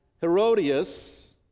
Herodias